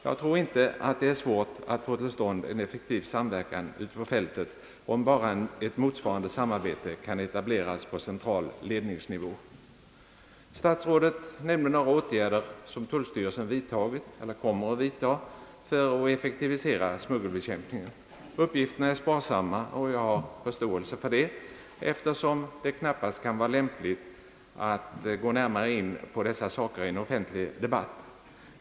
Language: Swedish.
Jag tror inte att det är svårt att få till stånd en effektiv samverkan ute på fältet, om bara ett motsvarande samarbete kan etableras på central ledningsnivå. Statsrådet nämnde några åtgärder som tullstyrelsen vidtagit eller kommer att vidtaga för att effektivisera smuggelbekämpningen. Uppgifterna är sparsamma, och jag har förståelse för det, eftersom det knappast kan vara lämpligt att gå närmare in på dessa saker i en offentlig debatt.